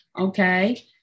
okay